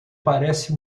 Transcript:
parece